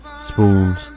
spoons